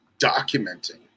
documenting